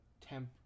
temp